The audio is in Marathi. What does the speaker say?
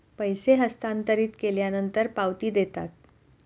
पैसे हस्तांतरित केल्यानंतर पावती देतात